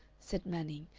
said manning,